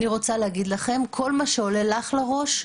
אני רוצה להגיד לכם שכל מה שעולה לאישה לראש,